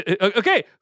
Okay